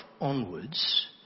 onwards